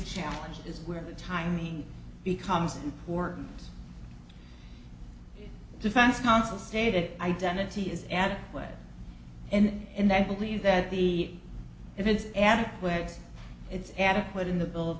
challenge is where the timing becomes important defense counsel stated identity is adequate and that i believe that the it is adequate it's adequate in the bill